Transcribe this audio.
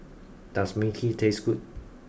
does Mui Kee taste good